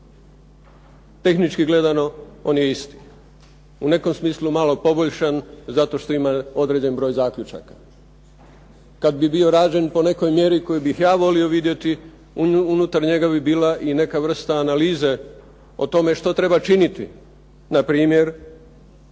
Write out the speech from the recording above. tehnički gledano on je isti. U nekom smislu malo poboljšan zato što ima određen broj zaključaka. Kad bi bio rađen po nekoj mjeri koju bih ja volio vidjeti unutar njega bi bila i neka vrsta analize o tome što treba činiti, npr.